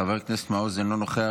חבר כנסת מעוז, אינו נוכח.